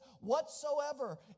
whatsoever